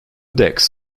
decks